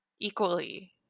equally